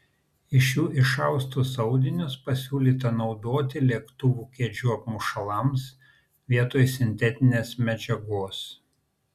iš jų išaustus audinius pasiūlyta naudoti lėktuvų kėdžių apmušalams vietoj sintetinės medžiagos